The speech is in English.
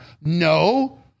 No